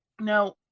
now